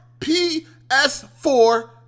PS4